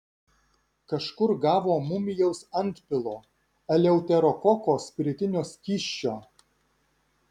kažkur gavo mumijaus antpilo eleuterokoko spiritinio skysčio